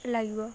ଲାଗିବ